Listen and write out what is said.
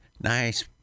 Nice